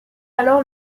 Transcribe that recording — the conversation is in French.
alors